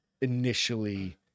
initially